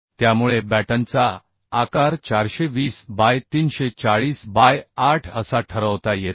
त्यामुळे बॅटनचा आकार 420 बाय 340 बाय 8 असा ठरवता येतो